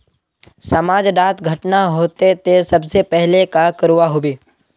समाज डात घटना होते ते सबसे पहले का करवा होबे?